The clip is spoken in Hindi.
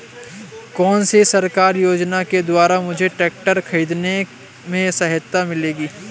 कौनसी सरकारी योजना के द्वारा मुझे ट्रैक्टर खरीदने में सहायता मिलेगी?